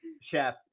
Chef